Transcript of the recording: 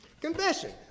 Confession